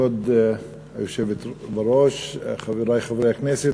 כבוד היושבת-ראש, חברי חברי הכנסת,